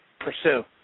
pursue